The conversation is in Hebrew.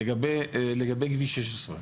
לגבי כביש 16,